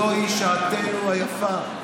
זוהי שעתנו היפה.